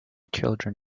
children